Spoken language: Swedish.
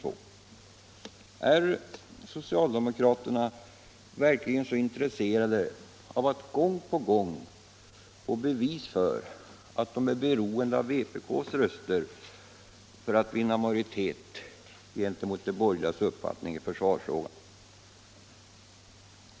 Är socialdemokraterna verkligen så intresserade av att gång på gång få bevis för att de är beroende av vpk:s röster för att vinna majoritet gentemot de borgerligas uppfattning i försvarsfrågor?